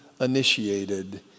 initiated